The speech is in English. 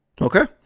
okay